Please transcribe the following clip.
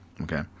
Okay